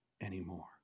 anymore